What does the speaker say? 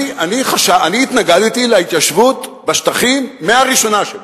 אני התנגדתי להתיישבות בשטחים, מהראשונה שבהן.